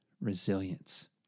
resilience